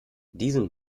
diesen